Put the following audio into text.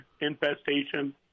infestation